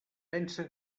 pensa